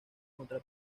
contra